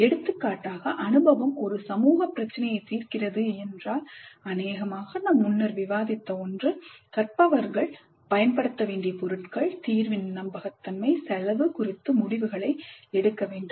எடுத்துக்காட்டாக அனுபவம் ஒரு சமூகப் பிரச்சினையைத் தீர்க்கிறது என்றால் அநேகமாக நாம் முன்னர் விவாதித்த ஒன்று கற்பவர்கள் பயன்படுத்த வேண்டிய பொருட்கள் தீர்வின் நம்பகத்தன்மை செலவு குறித்து முடிவுகளை எடுக்க வேண்டும்